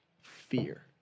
fear